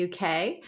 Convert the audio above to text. UK